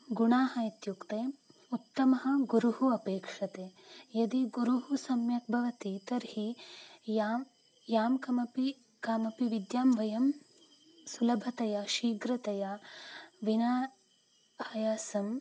गुणाः इत्युक्ते उत्तमः गुरुः अपेक्ष्यते यदि गुरुः सम्यक् भवति तर्हि यां यां कामपि कामपि विद्यां वयं सुलभतया शीघ्रतया विना आयासेन